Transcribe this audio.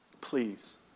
Please